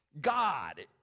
God